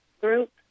group